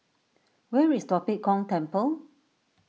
where is Tua Pek Kong Temple